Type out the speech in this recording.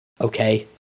okay